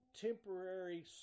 temporary